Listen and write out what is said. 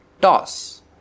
Toss